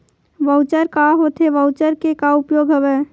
Voucher का होथे voucher के का उपयोग हवय?